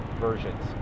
versions